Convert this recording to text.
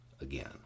again